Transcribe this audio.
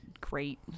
great